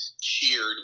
cheered